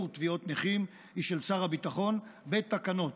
תביעות נכים היא של שר הביטחון בתקנות,